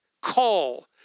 call